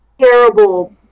terrible